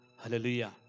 Hallelujah